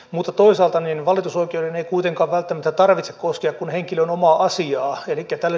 mutta toisaalta valitusoikeuden ei kuitenkaan välttämättä tarvitse koskea kuin henkilön omaa asiaa